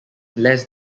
les